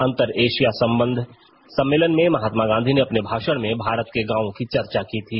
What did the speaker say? अंतर एशिया संबंध सम्मेलन में महात्मा गांधी ने अपने भाषण में भारत के ग्रामों की चर्चा की थी